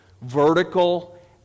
Vertical